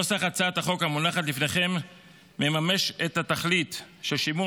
נוסח הצעת החוק המונחת לפניכם מממש את התכלית המצב של שימור